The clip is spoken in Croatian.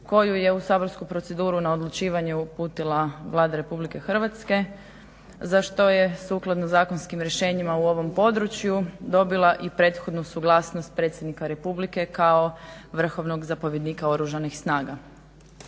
koju je u saborsku proceduru na odlučivanje uputila Vlada Republike Hrvatske za što je sukladno zakonskim rješenjima u ovom području dobila i prethodnu suglasnost predsjednika Republike kao vrhovnog zapovjednika Oružanih snaga.